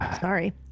Sorry